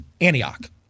Antioch